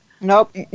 Nope